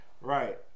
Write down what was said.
Right